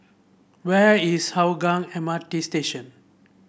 where is Hougang M R T Station